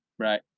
Right